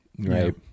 Right